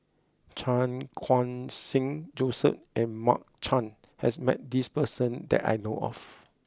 Chan Khun Sing Joseph and Mark Chan has met this person that I know of